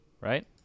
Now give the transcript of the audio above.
right